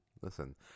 listen